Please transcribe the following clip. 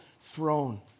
throne